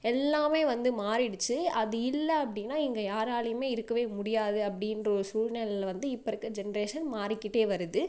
எல்லாமே வந்து மாறிடுச்சு அது இல்லை அப்படின்னா இங்கே யாராலையுமே இருக்கவே முடியாது அப்படின்ற ஒரு சூழ்நில்ல வந்து இப்போ இருக்க ஜென்ரேஷன் மாறிக்கிட்டே வருது